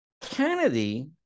Kennedy